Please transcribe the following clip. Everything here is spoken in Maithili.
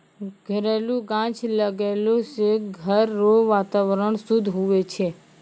घरेलू गाछ लगैलो से घर रो वातावरण शुद्ध हुवै छै